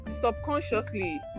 subconsciously